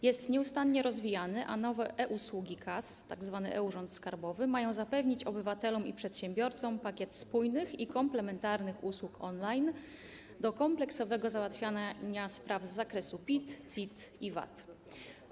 Jest nieustannie rozwijany, a nowe e-usługi KAS, tzw. e-Urząd Skarbowy, mają zapewnić obywatelom i przedsiębiorcom pakiet spójnych i komplementarnych usług online do kompleksowego załatwiania spraw z zakresu PIT, CIT i VAT.